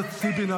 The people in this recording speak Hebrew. מה